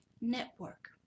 Network